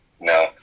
no